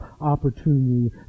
opportunity